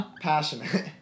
Passionate